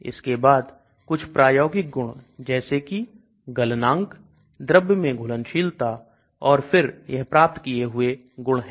इसके बाद कुछ प्रायोगिक गुण जैसे कि गलनांक द्रव्य में घुलनशीलता और फिर यह प्राप्त किए हुए गुण है